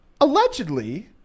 Allegedly